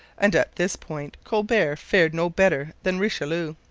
and at this point colbert fared no better than richelieu.